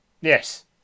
Yes